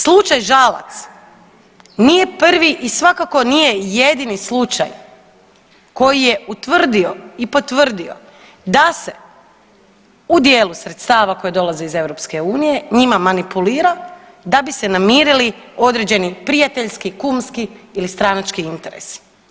Slučaj Žalac nije prvi i svakako nije jedini slučaj koji je utvrdio i potvrdio da se u dijelu sredstava koja dolaze iz EU njima manipulira da bi se namirili određeni prijateljski, kumski ili stranački interesi.